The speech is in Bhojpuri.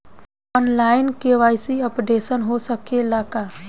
आन लाइन के.वाइ.सी अपडेशन हो सकेला का?